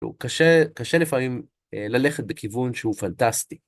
קשה לפעמים ללכת בכיוון שהוא פנטסטי.